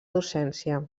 docència